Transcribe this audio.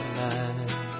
life